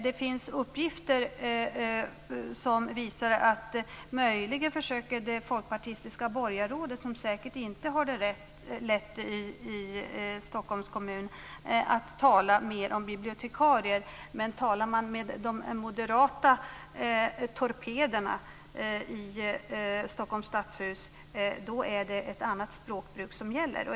Det finns uppgifter som visar att det folkpartistiska borgarrådet möjligen - som säkerligen inte har det lätt i Stockholms kommun - försöker att tala mer om bibliotekarier. Men talar man med de moderata torpederna i Stockholms stadshus är det ett annat språkbruk som gäller.